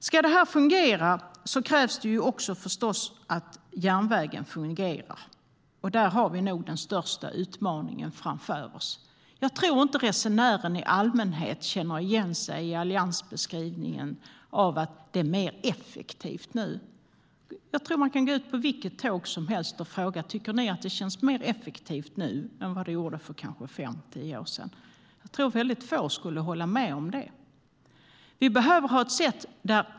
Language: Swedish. Ska det här fungera krävs förstås också att järnvägen fungerar. Där har vi nog den största utmaningen framför oss. Jag tror inte att resenären i allmänhet känner igen sig i alliansbeskrivningen att det är mer effektivt nu. Man kan gå ut på vilket tåg som helst och fråga: Tycker ni att det känns effektivare nu än vad det gjorde för fem tio år sedan? Jag tror att väldigt få skulle hålla med om det.